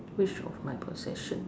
which of my possession